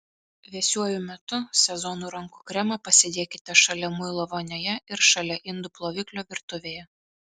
vėsiuoju metų sezonu rankų kremą pasidėkite šalia muilo vonioje ir šalia indų ploviklio virtuvėje